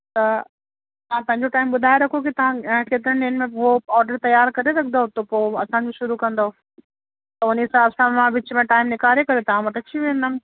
त तव्हां पंहिंजो टाइम ॿुधाए रखो के तव्हां केतिरनि ॾींहंनि में उहो ऑर्डर तैयार करे रखंदौ त पोइ असांजो शुरू कंदौ त उन्हीअ हिसाब सां मां विच में टाइम निकारे करे त तव्हां वटि अची वेंदमि